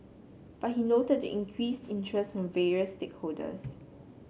but he noted the increased interest from various stakeholders